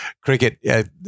cricket